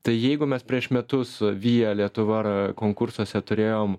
tai jeigu mes prieš metus via lietuva ar konkursuose turėjom